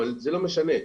אבל זה לא משנה.